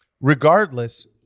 Regardless